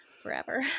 forever